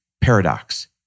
paradox